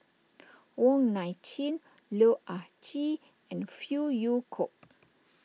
Wong Nai Chin Loh Ah Chee and Phey Yew Kok